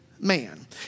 man